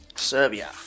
Serbia